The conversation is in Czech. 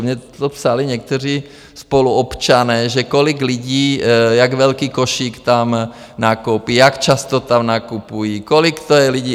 Mně to psali někteří spoluobčané, že kolik lidí, jak velký košík tam nakoupí, jak často tam nakupují, kolik to je lidí.